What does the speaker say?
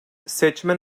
seçmen